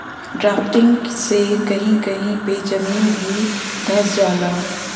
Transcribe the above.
drafting से कही कही पे जमीन भी धंस जाला